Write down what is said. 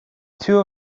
two